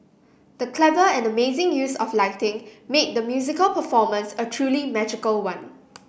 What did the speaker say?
the clever and amazing use of lighting made the musical performance a truly magical one